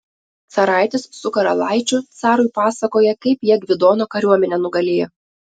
caraitis su karalaičiu carui pasakoja kaip jie gvidono kariuomenę nugalėjo